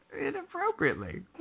Inappropriately